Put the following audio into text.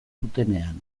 zutenean